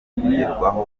bigerwaho